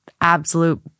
absolute